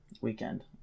weekend